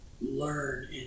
learn